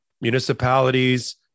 municipalities